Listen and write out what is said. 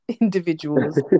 individuals